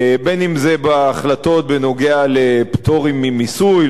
בין שזה בהחלטות בנוגע לפטורים ממיסוי,